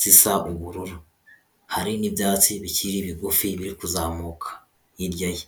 zisa ubururu, hari n'ibyatsi bikiri bigufi biri kuzamuka hirya ye.